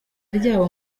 ryabo